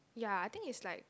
ya I think it's like